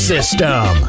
System